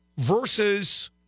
versus